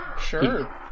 sure